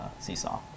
Seesaw